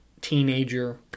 teenager